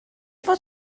fod